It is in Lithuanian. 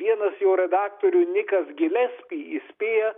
vienas jo redaktorių nikas gilespi įspėja